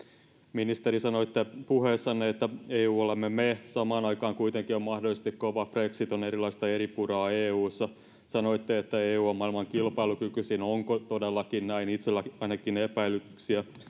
ministeri sanoitte puheessanne että eu olemme me samaan aikaan kuitenkin on mahdollisesti kova brexit on erilaista eripuraa eussa sanoitte että eu on maailman kilpailukykyisin onko todellakin näin itselläni on ainakin epäilyksiä